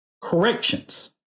corrections